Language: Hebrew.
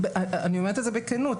אני אומרת את זה בכנות.